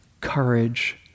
courage